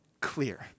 clear